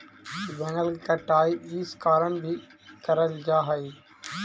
जंगल की कटाई इस कारण भी करल जा हई